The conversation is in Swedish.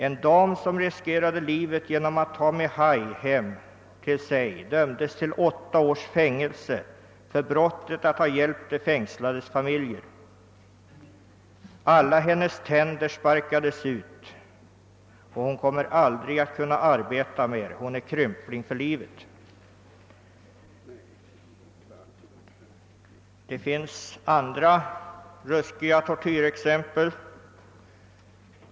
En dam som riskerade livet genom att ta sonen, Mihai, till sitt hem dömdes till åtta års fängelse för brottet att ha hjälpt de fängslades familjer. Alla hennes tänder sparkades ut och hon kommer aldrig att kunna arbeta mer. Hon är krympling för livet. Det redovisas också andra ruskiga tortyrexempel.